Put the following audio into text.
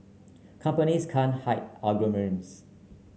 companies can't hide algorithms